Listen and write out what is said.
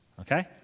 okay